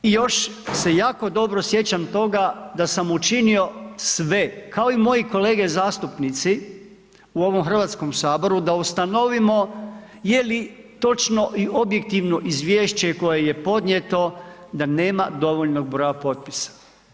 I još se jako dobro sjećam toga da sam učinio sve, kao i moji kolege zastupnici u ovom Hrvatskom saboru da ustanovimo je li točno i objektivno izvješće koje je podnijeto da nema dovoljnog broja potpisa.